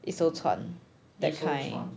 一艘船 that kind